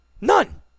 None